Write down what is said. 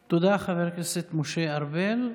תודה, חבר הכנסת משה ארבל.